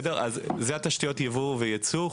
אלה תשתיות היבוא והיצוא.